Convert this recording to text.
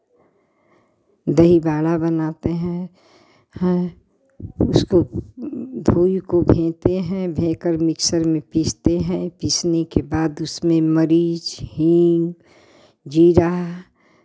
दही वड़ा बनाते हैं हैं उसको धोई को भेते है भेकर मिक्सर में पीसते हैं पीसने के बाद उसमें मरीच हींग जीरा